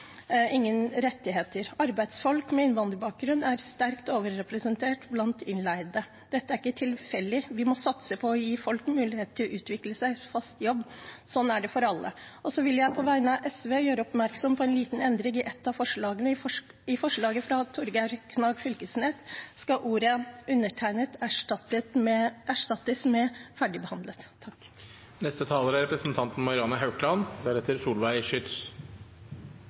ingen rettigheter. Arbeidsfolk med innvandrerbakgrunn er sterkt overrepresentert blant innleide. Dette er ikke tilfeldig. Vi må satse på å gi folk mulighet til å utvikle seg i fast jobb. Sånn er det for alle. Så vil jeg på vegne av SV gjøre oppmerksom på en liten endring i et av forslagene. I forslaget fra Torgeir Knag Fylkesnes skal ordet «undertegnet» erstattes med